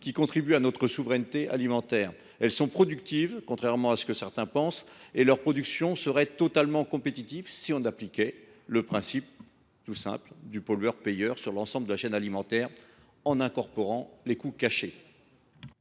qui contribuent à notre souveraineté alimentaire. Elles sont productives, contrairement à ce que certains pensent, et leur production serait totalement compétitive si l’on appliquait le principe pollueur payeur sur l’ensemble de la chaîne alimentaire en incorporant les coûts cachés.